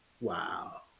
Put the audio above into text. Wow